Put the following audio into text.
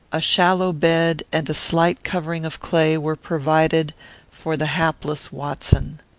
a shallow bed and a slight covering of clay were provided for the hapless watson.